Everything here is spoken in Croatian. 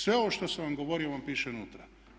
Sve ovo što sam vam govorio vam piše unutra.